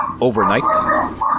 overnight